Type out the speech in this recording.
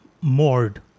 moored